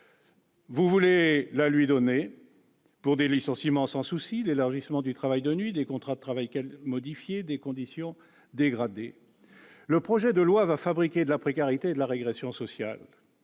vous voulez la lui accorder pour des licenciements sans souci, l'élargissement du travail de nuit, des contrats de travail modifiés, des conditions dégradées. Le projet de loi va fabriquer de la précarité et de la régression sociale.